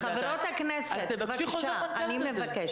חברות הכנסת, אני מבקשת.